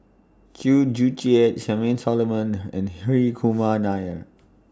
Chew Joo Chiat Charmaine Solomon and Hri Kumar Nair